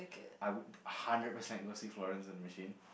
I would hundred percent go see Florence and the Machine